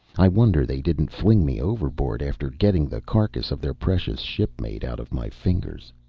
i wonder they didn't fling me overboard after getting the carcass of their precious shipmate out of my fingers.